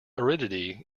aridity